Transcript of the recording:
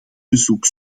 bezoek